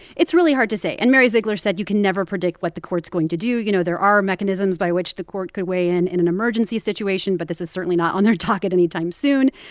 it's really hard to say. and mary ziegler said you can never predict what the court's going to do. you know, there are mechanisms by which the court could weigh in in an emergency situation, but this is certainly not on their docket anytime soon.